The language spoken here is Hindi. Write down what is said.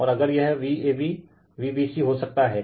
और अगर यह Vab Vbc हो सकता हैं